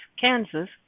Kansas